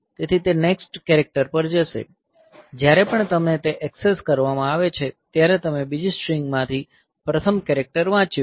તેથી તે next character પર જશે જ્યારે પણ તમને તે એક્સેસ કરવામાં આવે છે ત્યારે તમે બીજી સ્ટ્રિંગમાંથી પ્રથમ કેરેક્ટર વાંચ્યું છે